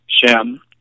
Shem